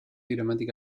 gramática